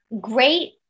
great